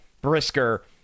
Brisker